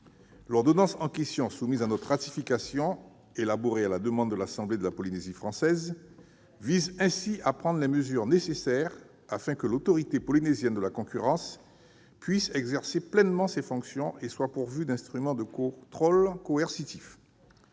l'ordonnance soumise à notre ratification, élaborée à la demande de l'Assemblée de la Polynésie française, vise-t-elle à prendre les mesures nécessaires pour que l'Autorité polynésienne de la concurrence puisse exercer pleinement ses fonctions et soit pourvue d'instruments de contrôle coercitifs.